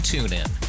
TuneIn